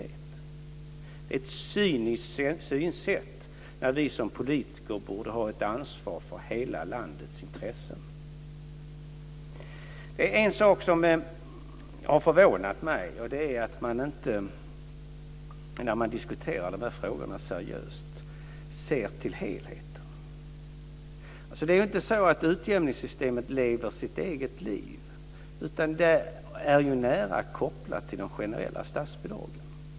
Det är ett cyniskt synsätt, när vi som politiker borde ha ett ansvar för hela landets intressen. Det är en sak som har förvånat mig, och det är att man inte när man diskuterar dessa frågor seriöst ser till helheten. Det är inte så att utjämningssystemet lever sitt eget liv, utan det är nära kopplat till de generella statsbidragen.